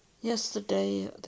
yesterday